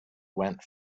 went